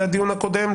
בדיון הקודם,